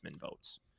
votes